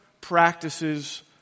practices